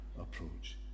approach